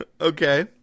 Okay